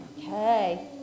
Okay